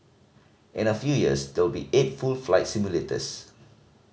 in a few years there will be eight full flight simulators